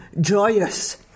joyous